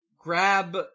grab